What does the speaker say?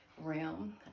realm